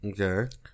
Okay